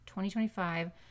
2025